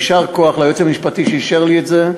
יישר כוח ליועץ המשפטי שאישר לי את זה,